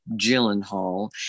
Gyllenhaal